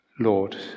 Lord